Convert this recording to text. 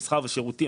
במסחר ובשירותים,